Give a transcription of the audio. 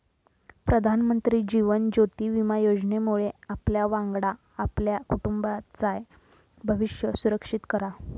प्रधानमंत्री जीवन ज्योति विमा योजनेमुळे आपल्यावांगडा आपल्या कुटुंबाचाय भविष्य सुरक्षित करा